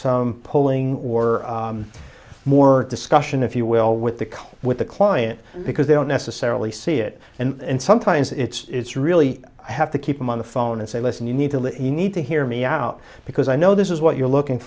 some polling or more discussion if you will with the car with the client because they don't necessarily see it and sometimes it's really i have to keep them on the phone and say listen you need to let you need to hear me out because i know this is what you're looking